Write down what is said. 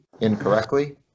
incorrectly